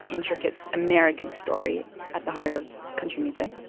intricate american story at the heart of country music?